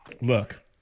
look